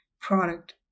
product